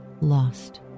lost